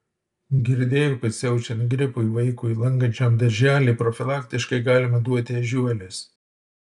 girdėjau kad siaučiant gripui vaikui lankančiam darželį profilaktiškai galima duoti ežiuolės